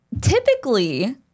typically